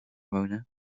wonen